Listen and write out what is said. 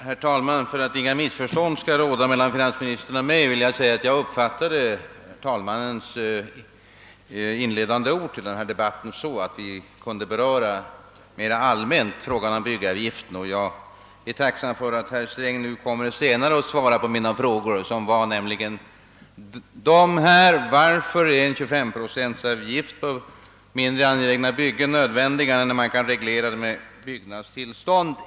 Herr talman! För att inga missförstånd skall råda mellan finansministern och mig vill jag säga att jag uppfattade herr talmannens inledande ord till denna debatt så, att vi mera allmänt kunde beröra frågan om den 25 procentiga byggavgiften. Jag är tacksam för att herr Sträng senare kommer att svara på mina frågor, som var följande: Varför är en 25-procentig avgift på mindre angelägna byggen nödvändig när man kan reglera med byggnadstillstånd?